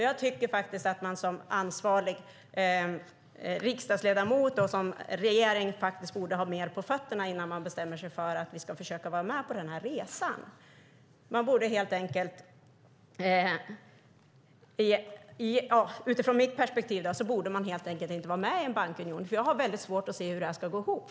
Jag tycker att man som ansvarig riksdagsledamot och regering borde ha mer på fötterna innan man bestämmer sig för att vi ska försöka vara med på resan. Utifrån mitt perspektiv borde man helt enkelt inte vara med i en bankunion, för jag har svårt att se hur det ska gå ihop.